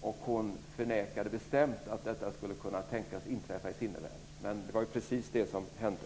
Hon förnekade bestämt att detta skulle kunna inträffa i sinnevärlden. Men det var precis det som hände.